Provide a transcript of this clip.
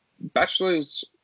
bachelor's